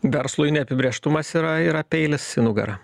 verslui neapibrėžtumas yra yra peilis į nugarą